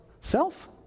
self